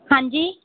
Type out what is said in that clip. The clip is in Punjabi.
ਹਾਂਜੀ